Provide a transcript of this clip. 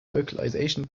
localization